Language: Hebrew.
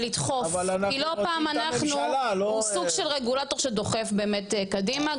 כי לא פעם אנחנו הוא סוג של רגולטור שדוחף באמת קדימה,